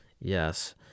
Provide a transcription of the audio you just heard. Yes